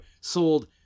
sold